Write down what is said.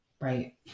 Right